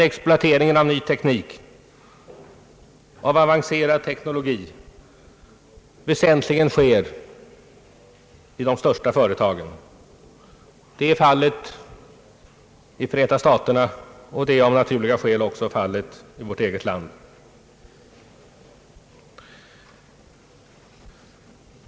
Exploateringen av ny teknik, av avancerad teknologi sker nämligen till väsentlig del i de största företagen; detta är ofrånkomligt. Så är fallet i Förenta staterna, och av naturliga skäl även i vårt eget land.